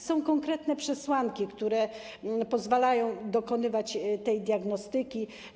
Są konkretne przesłanki, które pozwalają dokonywać tej diagnostyki.